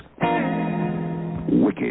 wicked